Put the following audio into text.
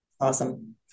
Awesome